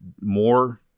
more